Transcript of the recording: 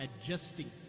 adjusting